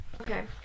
okay